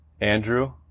Andrew